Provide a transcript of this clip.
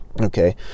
okay